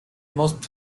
most